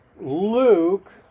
Luke